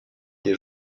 des